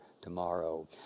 tomorrow